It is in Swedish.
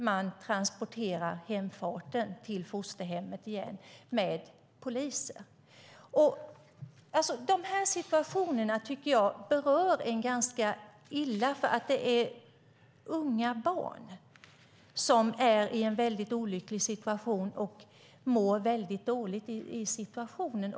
Man transporterade hemfarten till fosterhemmet igen med poliser. Dessa situationer berör en ganska illa. Det är unga barn som är i en väldigt olycklig situation och mår väldigt dåligt i situationen.